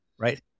Right